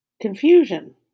confusion